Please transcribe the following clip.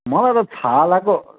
मलाई त छालाको